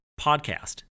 podcast